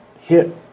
hit